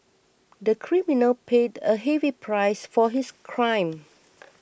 the criminal paid a heavy price for his crime